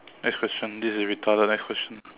next question this is retarded next question